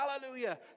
hallelujah